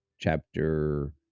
chapter